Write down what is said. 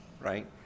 right